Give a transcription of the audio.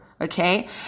Okay